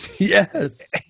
Yes